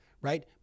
right